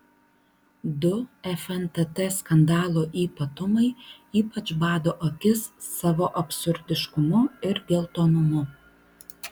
du fntt skandalo ypatumai ypač bado akis savo absurdiškumu ir geltonumu